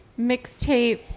mixtape